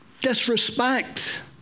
disrespect